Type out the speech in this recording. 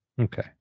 Okay